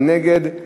מי נגד?